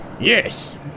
Yes